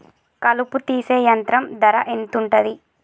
కలుపు తీసే యంత్రం ధర ఎంతుటది?